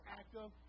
active